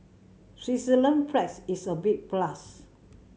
Switzerland's flag is a big plus